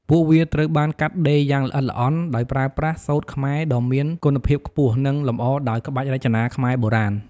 ពួកវាត្រូវបានកាត់ដេរយ៉ាងល្អិតល្អន់ ដោយប្រើប្រាស់ សូត្រខ្មែរដ៏មានគុណភាពខ្ពស់ និងលម្អដោយ ក្បាច់រចនាខ្មែរបុរាណ។